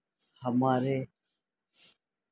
ہمارے